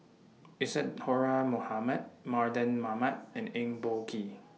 Isadhora Mohamed Mardan Mamat and Eng Boh Kee